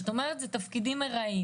כשאת אומרת שזה תפקידים ארעיים